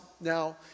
Now